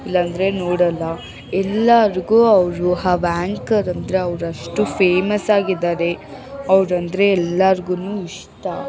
ಇಲ್ಲಾಂದರೆ ನೋಡಲ್ಲ ಎಲ್ಲಾರಿಗು ಅವರು ಅವ್ ಆಂಕರ್ ಅಂದರೆ ಅವ್ರು ಅಷ್ಟು ಫೇಮಸ್ ಆಗಿದ್ದಾರೆ ಅವರಂದ್ರೆ ಎಲ್ಲರ್ಗೂ ಇಷ್ಟ